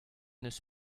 deus